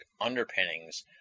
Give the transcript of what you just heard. underpinnings